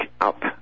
up